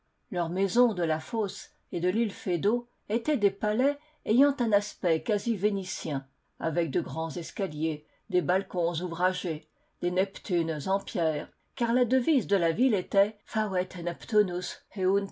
leurs maisons de la fosse et de l'île feydeau étaient des palais ayant un aspect quasi vénitien avec de grands escaliers des balcons ouvragés des neptunes en pierre car la devise de la ville était